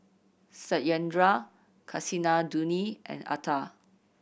Satyendra Kasinadhuni and Atal